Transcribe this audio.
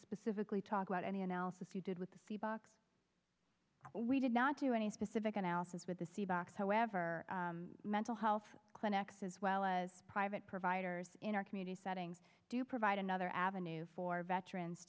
specifically talk about anyone else if you did with seebach we did not do any specific analysis with the c b x however mental health clinics as well as private providers in our community setting do provide another avenue for veterans